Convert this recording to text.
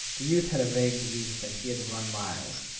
the youth had a vague belief that he had run miles,